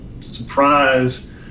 surprise